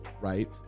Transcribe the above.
right